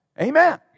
Amen